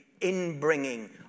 inbringing